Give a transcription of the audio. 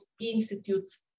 institutes